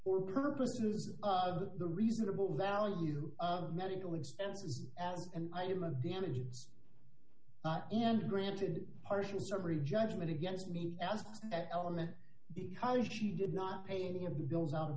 or purposes of the reasonable value of medical expenses as an item of damages and granted partial summary judgment against me as that element because she did not pay any of the bills out